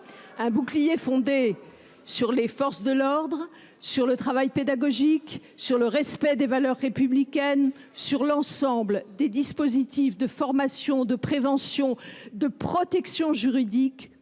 un bouclier fondé sur les forces de l’ordre, le travail pédagogique, le respect des valeurs républicaines et l’ensemble des dispositifs de formation, de prévention, de protection juridique